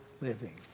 living